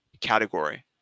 category